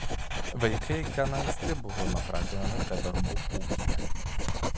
vaikai gan anksti buvome pratinami prie darbų ūkyje